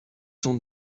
son